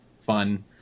fun